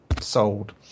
Sold